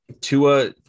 Tua